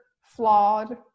flawed